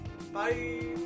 Bye